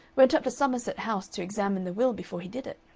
went up to somerset house to examine the will before he did it.